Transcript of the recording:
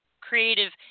creative